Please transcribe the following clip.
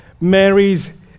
Mary's